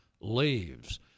leaves